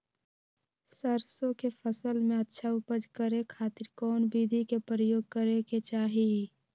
सरसों के फसल में अच्छा उपज करे खातिर कौन विधि के प्रयोग करे के चाही?